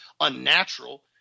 unnatural